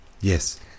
Yes